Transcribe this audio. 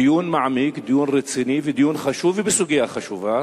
דיון מעמיק, דיון רציני ודיון חשוב ובסוגיה חשובה.